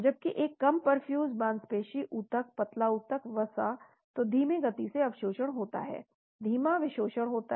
जबकि एक कम पर्फ्यूज़ मांसपेशी ऊतक पतला ऊतक वसा तो धीमी गति से अवशोषण होता है धीमा विशोषण होता है